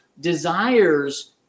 desires